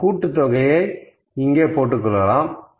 அதன் கூட்டுத் தொகையை இங்கே போடுகிறேன்